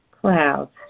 clouds